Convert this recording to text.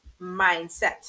mindset